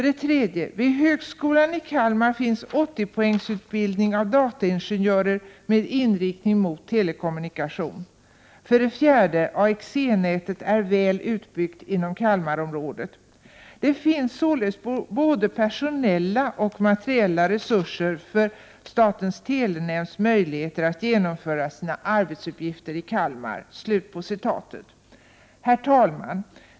Det finns således både personella och materiella resurser för statens telenämnds möjligheter att genomföra sina arbetsuppgifter i Kalmar. Herr talman!